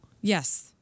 Yes